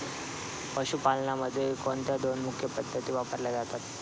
पशुपालनामध्ये कोणत्या दोन मुख्य पद्धती वापरल्या जातात?